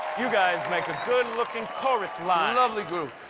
you guys make a good-looking chorus line. lovely group.